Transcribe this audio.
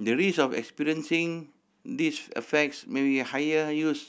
the risk of experiencing these effects may be higher used